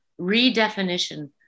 redefinition